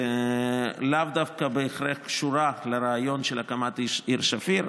שלאו דווקא בהכרח קשורה לרעיון של הקמת העיר שפיר,